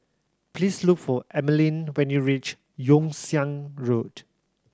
please look for Emeline when you reach Yew Siang Road